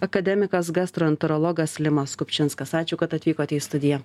akademikas gastroenterologas limas kupčinskas ačiū kad atvykote į studiją